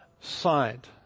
side